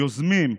יוזמים,